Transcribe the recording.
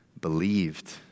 believed